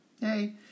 hey